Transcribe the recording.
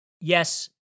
Yes